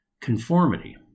Conformity